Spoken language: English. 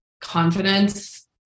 confidence